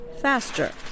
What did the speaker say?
faster